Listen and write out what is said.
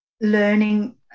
learning